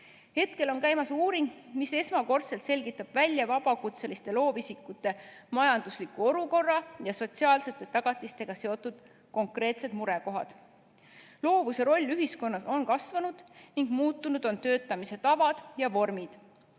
Praegu on käimas uuring, mis esmakordselt selgitab välja vabakutseliste loovisikute majandusliku olukorra ja sotsiaalsete tagatistega seotud konkreetsed murekohad. Loovuse roll ühiskonnas on kasvanud ning muutunud on töötamise tavad ja vormid.